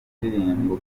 ndirimbo